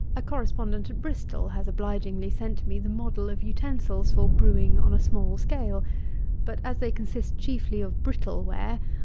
a correspondent at bristol has obligingly sent me the model of utensils for brewing on a small scale but as they consist chiefly of brittle ware,